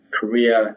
Korea